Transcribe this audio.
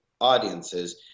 audiences